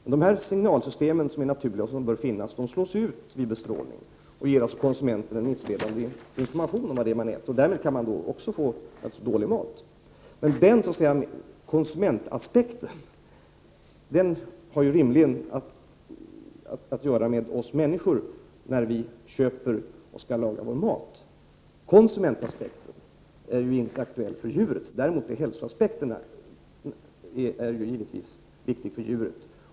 Sådana signalsystem, som är naturliga och som bör finnas, slås ut vid bestrålning, vilket ger oss konsumenter missledande information om vad vi äter och medför att vi därmed kan få dålig mat. Konsumentaspekten har rimligen att göra med oss människor när vi köper och lagar mat. Konsumentaspekten är ju inte aktuell för djuren, däremot är naturligtvis hälsoaspekten viktig för djuren.